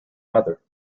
mother